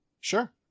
Sure